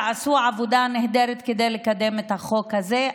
שעשו עבודה נהדרת כדי לקדם את החוק הזה.